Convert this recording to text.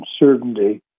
uncertainty